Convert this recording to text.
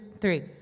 three